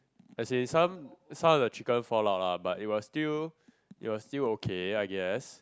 as in some some of the chicken fall out lah but it was still it was still okay I guess